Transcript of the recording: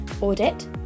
audit